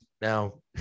Now